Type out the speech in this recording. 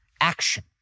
action